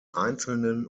einzelnen